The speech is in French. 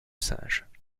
singes